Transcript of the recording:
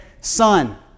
Son